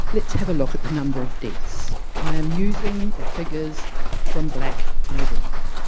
let's have a look at the number of deaths i am using the figures from black november